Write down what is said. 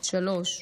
בת שלוש,